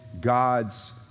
God's